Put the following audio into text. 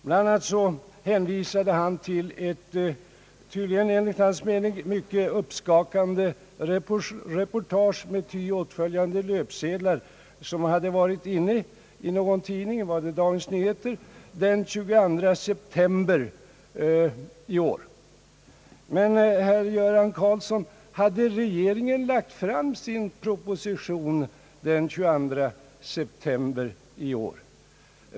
Bland annat hänvisade han till ett enligt hans mening tydligen mycket uppskakande reportage med ty åtföljande löpsedlar som hade varit infört i någon tidning — jag tror det var Dagens Nyheter — den 22 september i år. Men, herr Göran Karlsson, hade regeringen lagt fram sin proposition den 22 september i år?